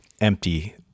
empty